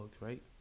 right